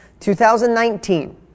2019